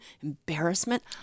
embarrassment